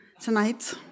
tonight